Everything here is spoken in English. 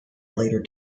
later